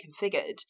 configured